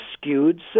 skewed